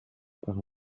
par